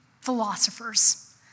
philosophers